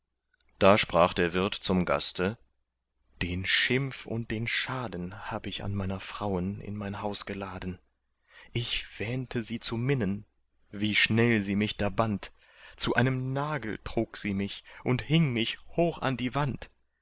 da sprach der wirt zum gaste den schimpf und den schaden hab ich an meiner frauen in mein haus geladen ich wähnte sie zu minnen wie schnell sie mich da band zu einem nagel trug sie mich und hing mich hoch an die wand